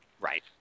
Right